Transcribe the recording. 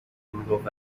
میگفت